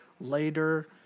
later